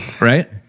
right